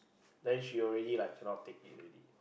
then she already like cannot take it already